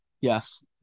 Yes